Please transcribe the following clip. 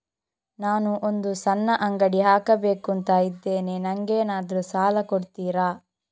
ನಾನು ಒಂದು ಸಣ್ಣ ಅಂಗಡಿ ಹಾಕಬೇಕುಂತ ಇದ್ದೇನೆ ನಂಗೇನಾದ್ರು ಸಾಲ ಕೊಡ್ತೀರಾ?